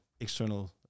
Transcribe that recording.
external